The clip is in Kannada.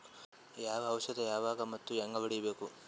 ಯಾವ ಔಷದ ಯಾವಾಗ ಮತ್ ಹ್ಯಾಂಗ್ ಹೊಡಿಬೇಕು?